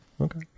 Okay